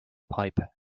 pipe